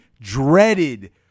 dreaded